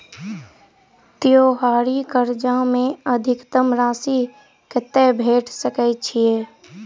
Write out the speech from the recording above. त्योहारी कर्जा मे अधिकतम राशि कत्ते भेट सकय छई?